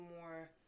more